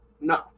No